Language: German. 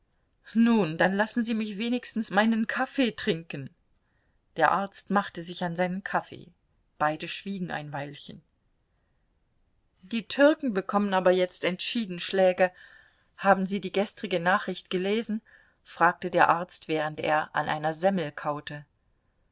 nun dann lassen sie mich wenigstens meinen kaffee trinken der arzt machte sich an seinen kaffee beide schwiegen ein weilchen die türken bekommen aber jetzt entschieden schläge haben sie die gestrige nachricht gelesen fragte der arzt während er an einer semmel kaute